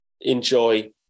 enjoy